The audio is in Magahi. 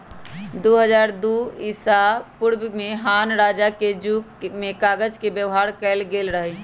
दू हज़ार दू ईसापूर्व में हान रजा के जुग में कागज के व्यवहार कएल गेल रहइ